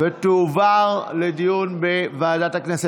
ותועבר לדיון בוועדת הכנסת.